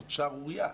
זאת שערורייה.